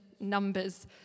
Numbers